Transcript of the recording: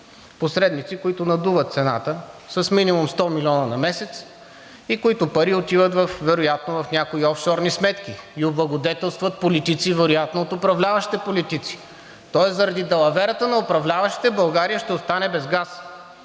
посредници, които надуват цената с минимум 100 милиона на месец, и парите отиват вероятно в някои офшорни сметки и облагодетелстват политици – вероятно от управляващите политици. Тоест заради далаверата на управляващите България ще остане без газ.